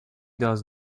does